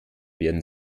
werden